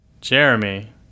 Jeremy